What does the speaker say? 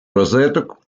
розеток